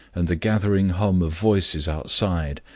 and the gathering hum of voices outside,